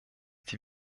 die